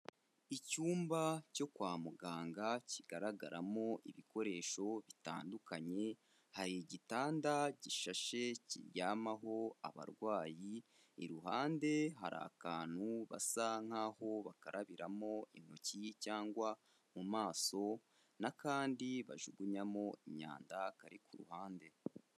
Icyumba cyo kwa muganga kigaragaramo ibikoresho bitandukanye, hari igitanda gishashe kiryamaho abarwayi, iruhande hari akantu basa nk'aho bakarabiramo intoki cyangwa mu maso n'akandi bajugunyamo imyanda kari ku ruhande.